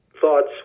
thoughts